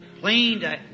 plain